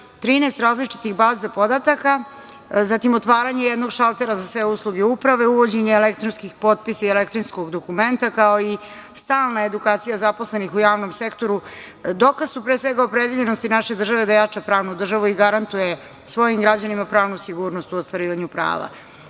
13 različitih baza podataka, zatim otvaranje jednog šaltera za sve usluge uprave, uvođenje elektronskih potpisa i elektronskog dokumenta, kao i stalna edukacija zaposlenih u javnom sektoru, dokaz su pre svega opredeljenosti naše države da jača pravnu državu i garantuje svojim građanima pravnu sigurnost u ostvarivanju prava. Srbija